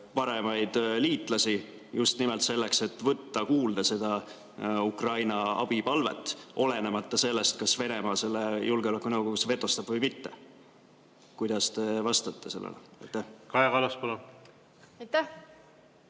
paremaid liitlasi just nimelt selleks, et võtta kuulda Ukraina abipalvet, olenemata sellest, kas Venemaa selle julgeolekunõukogus vetostab või mitte. Kuidas te vastate sellele? Kaja Kallas,